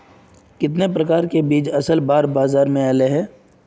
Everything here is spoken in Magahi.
कितने प्रकार के बीज असल बार बाजार में ऐले है?